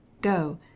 go